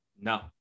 No